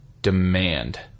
demand